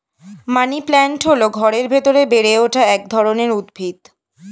money plant হল ঘরের ভেতরে বেড়ে ওঠা এক ধরনের উদ্ভিদ